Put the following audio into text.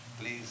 Please